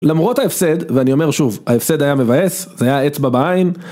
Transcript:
למרות ההפסד, ואני אומר שוב, ההפסד היה מבאס, זה היה אצבע בעין.